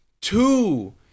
Two